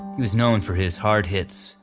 he was known for his hard hits,